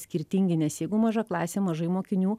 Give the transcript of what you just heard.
skirtingi nes jeigu maža klasė mažai mokinių